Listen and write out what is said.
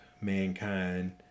mankind